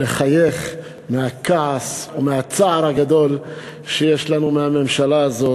לחייך, מהכעס ומהצער הגדול שיש לנו מהממשלה הזאת.